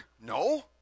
No